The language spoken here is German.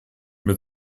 mit